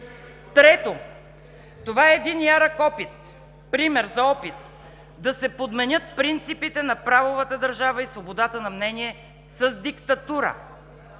Трето, това е един ярък опит, пример за опит, да се подменят принципите на правовата държава и свободата на мнение с диктатура.